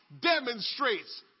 demonstrates